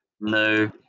No